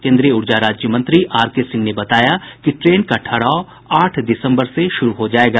केन्द्रीय ऊर्जा राज्य मंत्री आरके सिंह ने बताया कि ट्रेन का ठहराव आठ दिसम्बर से शुरू हो जायेगा